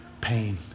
pain